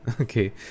okay